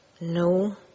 No